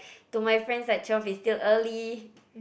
to my friends right twelve is still early